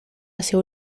hacia